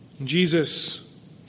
Jesus